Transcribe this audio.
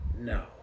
No